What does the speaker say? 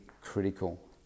critical